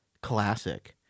Classic